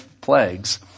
plagues